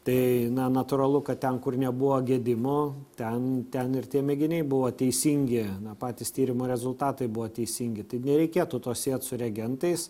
tai na natūralu kad ten kur nebuvo gedimo ten ten ir tie mėginiai buvo teisingi patys tyrimų rezultatai buvo teisingi tai nereikėtų to siet su reagentais